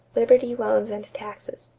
liberty loans and taxes.